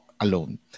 alone